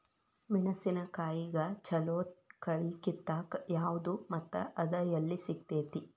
ಮೆಣಸಿನಕಾಯಿಗ ಛಲೋ ಕಳಿ ಕಿತ್ತಾಕ್ ಯಾವ್ದು ಮತ್ತ ಅದ ಎಲ್ಲಿ ಸಿಗ್ತೆತಿ?